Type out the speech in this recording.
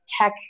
tech